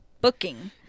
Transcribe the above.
booking